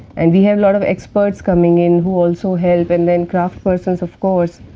and we have lot of experts coming in, who also help, and then craftspersons of course,